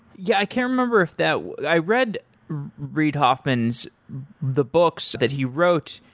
yeah, i can't remember if that i read reid hoffman's the books that he wrote.